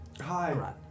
Hi